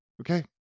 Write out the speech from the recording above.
Okay